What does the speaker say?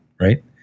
Right